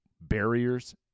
barriers